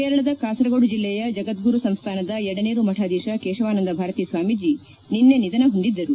ಕೇರಳದ ಕಾಸರಗೋಡು ಜಿಲ್ಲೆಯ ಜಗದ್ದುರು ಸಂಸ್ಡಾನದ ಯಡನೀರು ಮಠಾಧೀಶ ಕೇಶಾವನಂದ ಭಾರತೀ ಸ್ವಾಮೀಜಿ ನಿನ್ನೆ ನಿಧನ ಹೊಂದಿದ್ದರು